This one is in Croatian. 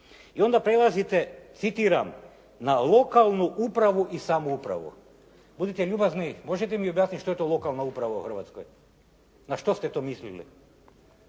I onda prelazite, citiram: "… na lokalnu upravu i samoupravu." Budite ljubazni, možete mi objasniti što je to lokalna uprava u Hrvatskoj, na što ste to mislili.